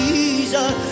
Jesus